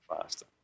faster